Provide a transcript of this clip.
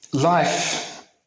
Life